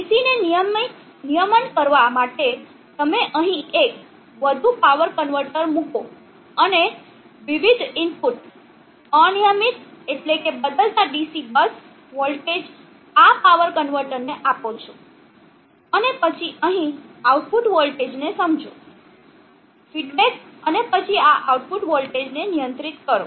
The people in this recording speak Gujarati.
DC ને નિયમન કરવા માટે તમે અહીં એક વધુ પાવર કન્વર્ટર મૂકો અને વિવિધ ઇનપુટ અનિયમીત એટલેકે બદલાતા DC બસ વોલ્ટેજ આ પાવર કન્વર્ટરને આપો છો અને પછી અહીં આઉટપુટ વોલ્ટેજને સમજો ફીડબેક અને પછી આ આઉટપુટ વોલ્ટેજને નિયંત્રિત કરો